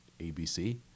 ABC